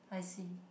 I see